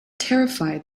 terrified